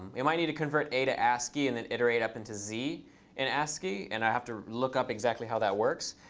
might need to convert a to ascii, and then iterate up into z in and ascii. and i have to look up exactly how that works.